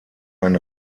ein